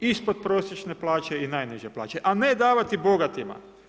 Ispodprosječne plaće i najniže plaće, a ne davati bogatima.